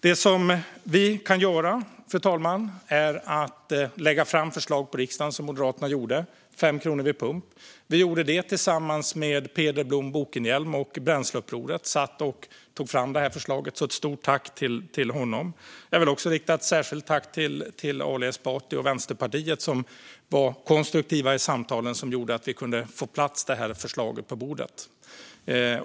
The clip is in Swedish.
Det vi kan göra, fru talman, är att lägga fram förslag för riksdagen, som Moderaterna gjorde: 5 kronor vid pump. Vi tog fram förslaget tillsammans med Peder Blohm Bokenhielm och Bränsleupproret, så ett stort tack till honom. Jag vill också rikta ett särskilt tack till Ali Esbati och Vänsterpartiet, som var konstruktiva i de samtal som gjorde att vi kunde få förslaget på plats.